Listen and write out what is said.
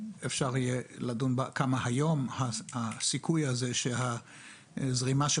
אפשר יהיה לדון בה כמה היום הסיכוי הזה שהזרימה של